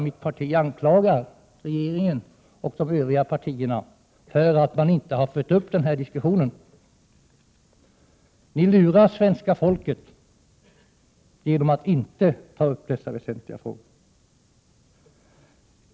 Mitt parti anklagar regeringen och de övriga partierna för att inte ha följt upp denna diskussion. Ni lurar svenska folket genom att inte ta upp dessa väsentliga frågor.